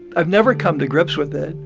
i've never come to grips with it,